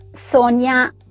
Sonia